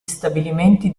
stabilimenti